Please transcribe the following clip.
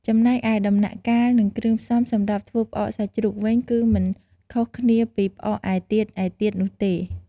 ចំំណែកឯដំណាក់កាល និងគ្រឿងផ្សំសម្រាប់ធ្វើផ្អកសាច់ជ្រូកវិញ គឺមិនខុសគ្នាពីផ្អកឯទៀតៗនោះទេ។